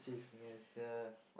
yeah sia